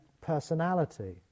personality